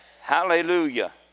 Hallelujah